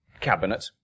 Cabinet